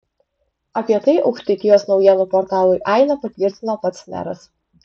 apie tai aukštaitijos naujienų portalui aina patvirtino pats meras